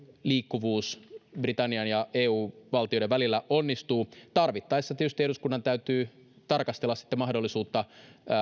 liikkuvuus britannian ja eu valtioiden välillä onnistuu tarvittaessa tietysti eduskunnan täytyy tarkastella sitten mahdollisuutta